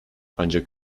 ancak